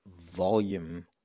volume